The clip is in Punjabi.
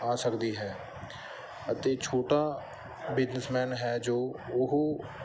ਆ ਸਕਦੀ ਹੈ ਅਤੇ ਛੋਟਾ ਬਿਜਨਸਮੈਨ ਹੈ ਜੋ ਉਹ